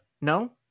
No